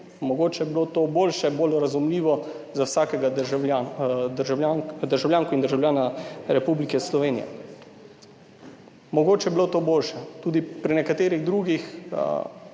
Mogoče bi bilo to boljše, bolj razumljivo za vsakega državljanko in državljana Republike Slovenije. Mogoče bi bilo to boljše, tudi pri nekaterih drugih